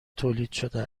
تولیدشده